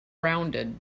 rounded